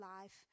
life